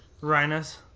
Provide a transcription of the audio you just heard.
Rhinos